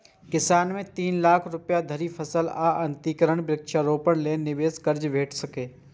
किसान कें तीन लाख रुपया धरि फसल आ यंत्रीकरण, वृक्षारोपण लेल निवेश कर्ज भेट सकैए